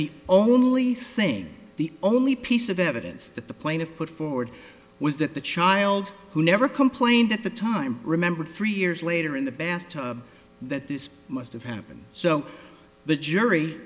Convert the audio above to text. the only thing the only piece of evidence that the plaintiff put forward was that the child who never complained at the time remember three years later in the bath tub that this must have happened so the jury